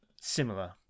similar